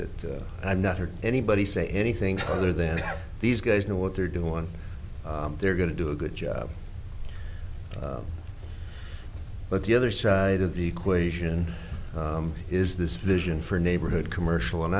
that i've not heard anybody say anything other than these guys know what they're doing they're going to do a good job but the other side of the equation is this vision for neighborhood commercial and